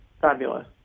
Fabulous